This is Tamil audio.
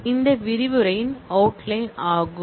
இது விரிவுரை அவுட்லைன் ஆகும்